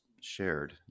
shared